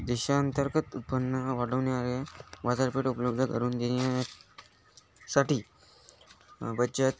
देशाअंतर्गत उत्पन्न वाढवणारे बाजारपेठ उपलब्ध करून देण्यासाठी बचत